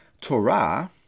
Torah